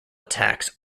attacks